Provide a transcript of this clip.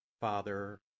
Father